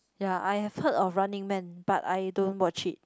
ya I have heard of Running Man but I don't watch it